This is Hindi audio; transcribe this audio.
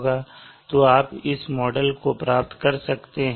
तो आप इस मॉडल को प्राप्त कर सकते हैं